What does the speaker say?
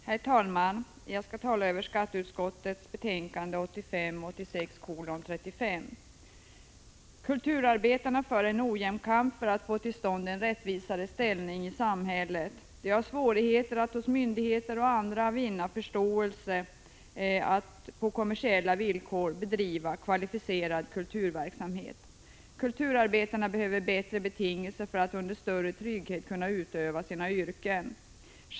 Herr talman! Jag skall tala om skatteutskottets betänkande 1985 86:128 kunna utöva sina yrken.